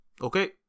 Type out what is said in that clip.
okay